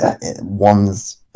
one's